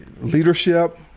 leadership